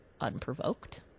unprovoked